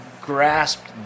grasped